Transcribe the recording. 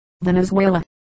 Venezuela